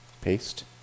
Paste